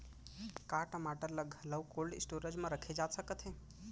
का टमाटर ला घलव कोल्ड स्टोरेज मा रखे जाथे सकत हे?